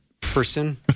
person